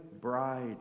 bride